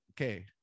Okay